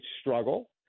struggle